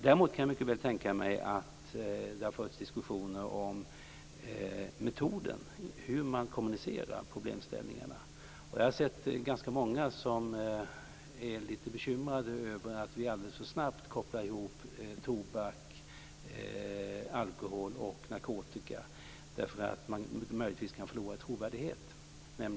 Däremot kan jag mycket väl tänka mig att det har förts diskussioner om metoden, hur man kommunicerar problemställningarna. Jag har sett att ganska många är lite bekymrade över att man alldeles för snabbt kopplar ihop tobak, alkohol och narkotika, eftersom man möjligtvis då kan förlora i trovärdighet.